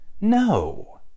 No